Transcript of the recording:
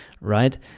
Right